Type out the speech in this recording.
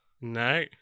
No